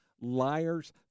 liars